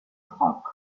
clock